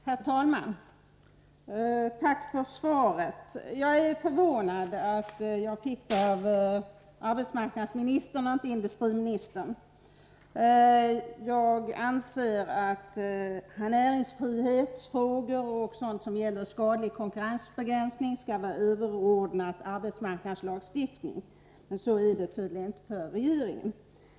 Herr talman! Tack för svaret. Jag är förvånad att jag fick det av arbetsmarknadsministern och inte av industriministern. Jag anser att näringsfrihetsfrågor och sådant som gäller skadlig konkurrensbegränsning skall vara överordnade arbetsmarknadslagstiftningen, men så är det tydligen inte enligt regeringen.